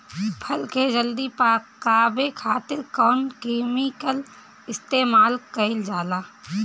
फल के जल्दी पकावे खातिर कौन केमिकल इस्तेमाल कईल जाला?